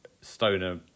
Stoner